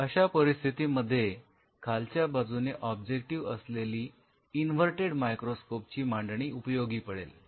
तर अशा परिस्थितीमध्ये खालच्या दिशेने ऑब्जेक्टिव्ह असलेली इन्वर्तेड मायक्रोस्कोप ची मांडणी उपयोगी पडेल